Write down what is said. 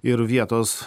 ir vietos